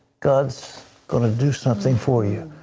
god's going to do something for you.